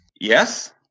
Yes